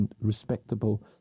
respectable